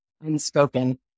unspoken